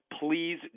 Please